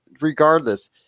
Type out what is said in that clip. regardless